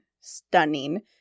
Stunning